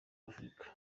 afurika